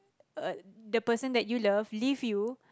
uh the person that you love leave you